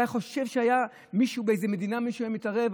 אתה חושב שהיה מישהו באיזו מדינה שהיה מתערב?